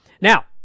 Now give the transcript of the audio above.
Now